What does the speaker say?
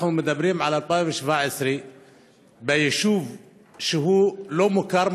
אנחנו מדברים על 2017. יישוב שהוא לא מוכר,